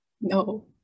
no